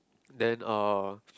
then uh